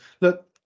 look